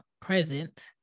present